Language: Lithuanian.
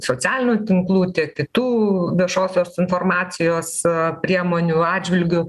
socialinių tinklų tiek kitų viešosios informacijos priemonių atžvilgiu